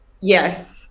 Yes